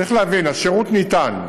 צריך להבין, השירות ניתן.